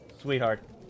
sweetheart